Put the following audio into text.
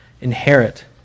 inherit